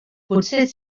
potser